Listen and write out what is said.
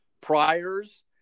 priors